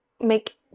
make